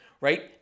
right